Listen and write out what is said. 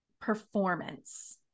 performance